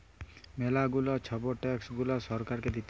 ম্যালা গুলা ছব ট্যাক্স গুলা সরকারকে দিতে হ্যয়